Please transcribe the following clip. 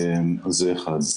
זה אחד.